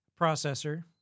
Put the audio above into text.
processor